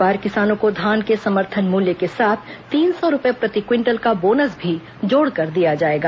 इस बार किसानों को धान के समर्थन मूल्य के साथ तीन सौ रूपए प्रति क्विंटल का बोनस भी जोड़कर दिया जाएगा